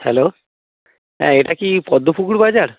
hello হ্যাঁ এটা কি পদ্মপুকুর বাজার